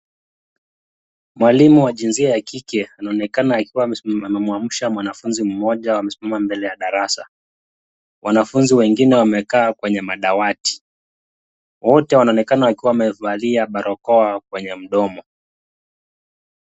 Mwalimu wa jinsia ya kike anaonekana akiwa amemuamsha mwanafunzi mmoja, amesimama mbele ya darasa. Wanafunzi wengine wamekaa kwenye madawati. Wote wanaonekana wakiwa wamevalia barakoa kwenye mdomo.